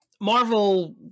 Marvel